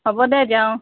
হ'ব দে যাওঁ